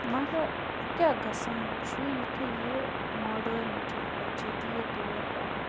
مگر وۄنۍ کیٛاہ گژھان چھُ یُتھُے یہِ ماڈٔرنِٹی آیہِ جٔدیٖد دور آو